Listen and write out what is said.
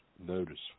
Notice